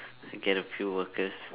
I get a few workers